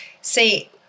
See